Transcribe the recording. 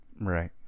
Right